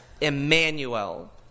Emmanuel